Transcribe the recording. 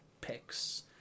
picks